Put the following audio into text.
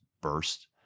burst